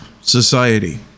society